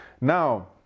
Now